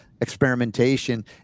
experimentation